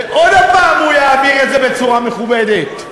ועוד הפעם הוא יעביר את זה בצורה מכובדת.